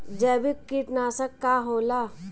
जैविक कीटनाशक का होला?